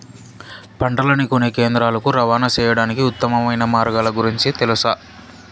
పంటలని కొనే కేంద్రాలు కు రవాణా సేయడానికి ఉత్తమమైన మార్గాల గురించి తెలుసా?